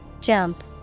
Jump